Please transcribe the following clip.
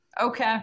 Okay